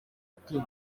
ati